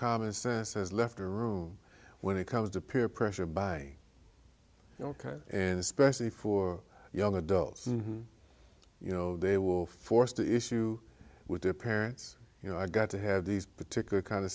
common sense has left a room when it comes to peer pressure by ok and especially for young adults you know they will force the issue with their parents you know i got to have these particular kind of